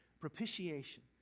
propitiation